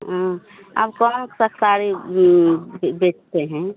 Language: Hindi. आप कौनसा साड़ी बेचते हैं